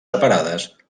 separades